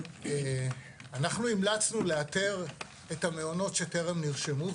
אנחנו המלצנו לאתר את המעונות שטרם נרשמו,